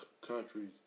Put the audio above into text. countries